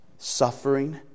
Suffering